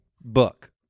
book